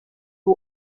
who